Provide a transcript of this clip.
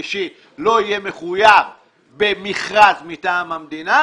שלישי לא יהיה מחויב במכרז מטעם המדינה,